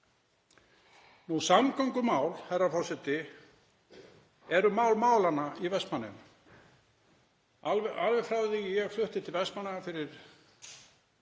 Samgöngumál, herra forseti, eru mál málanna í Vestmannaeyjum. Alveg frá því ég flutti til Vestmannaeyja fyrir